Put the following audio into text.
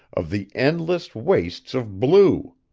of the endless wastes of blue.